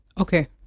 Okay